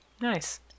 Nice